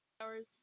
hours